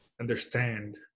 understand